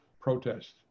protests